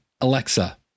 Alexa